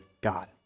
God